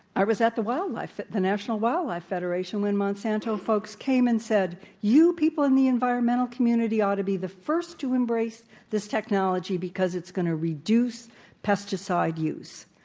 i was at the wildlife at the national wildlife federation when monsanto folks came and said, you people in the environmental community ought to be the first to embrace this technology because it's going to reduce pesticide use.